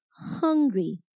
hungry